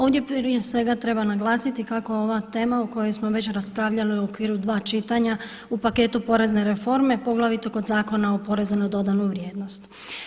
Ovdje prije svega treba naglasiti kako ova tema o kojoj smo već raspravljali u okviru dva čitanja u paketu porezne reforme, poglavito kod Zakona o porezu na dodanu vrijednost.